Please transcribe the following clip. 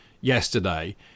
yesterday